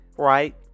right